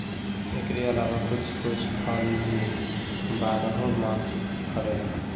एकरी अलावा कुछ कुछ फल भी बारहो मास फरेला